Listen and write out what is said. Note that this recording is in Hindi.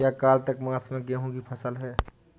क्या कार्तिक मास में गेहु की फ़सल है?